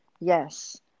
yes